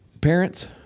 Parents